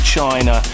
China